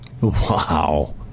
Wow